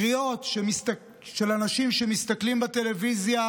קריאות של אנשים שמסתכלים בטלוויזיה,